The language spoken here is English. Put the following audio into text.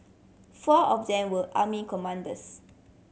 four of them were army commandos